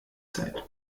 zeit